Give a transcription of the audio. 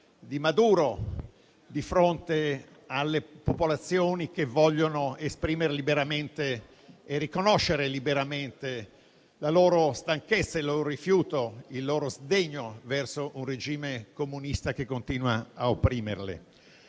di Maduro di fronte alle popolazioni che vogliono esprimere e riconoscere liberamente la loro stanchezza, il loro rifiuto e sdegno verso un regime comunista che continua a opprimerle.